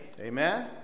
Amen